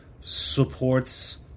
supports